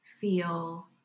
feel